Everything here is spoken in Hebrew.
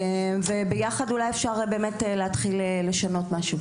וביחד אולי אפשר באמת להתחיל לשנות משהו,